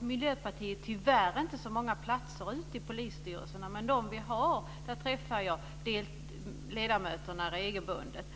Miljöpartiet har tyvärr inte så många platser ute i polisstyrelserna, men där så är fallet träffar jag ledamöterna regelbundet.